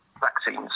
vaccines